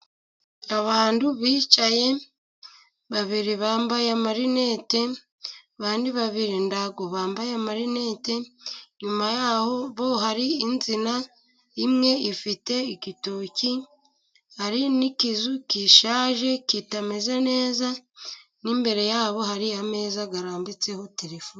Abantu bicaye, babiri bambaye amarinete, abandi babiri ntago bambaye amarinete, inyuma yaho bo hari insina imwe ifite igitoki, hari n'ikizu gishaje kitameze neza, n'imbere yabo hari ameza arambitseho telefone.